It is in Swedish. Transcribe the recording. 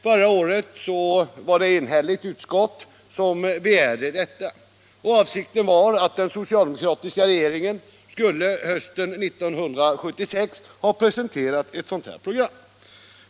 Förra året var det ett enigt utskott som begärde detta. Avsikten var att den socialdemokratiska regeringen hösten 1976 skulle ha presenterat ett sådant program.